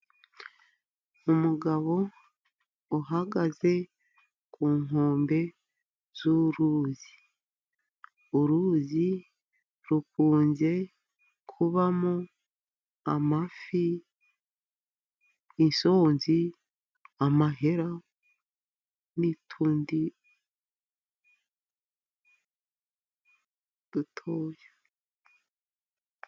Umugabo uhagaze ku nkombe z'uruzi. Uruzi rukunze kubamo amafi, isonzi, amahera n'utundi dutoya.